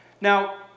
Now